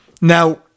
Now